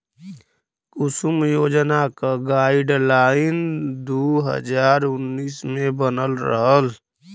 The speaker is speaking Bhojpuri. कुसुम योजना क गाइडलाइन दू हज़ार उन्नीस मे बनल रहल